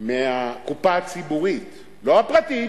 מהקופה הציבורית, לא הפרטית,